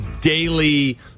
daily